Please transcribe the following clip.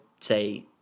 say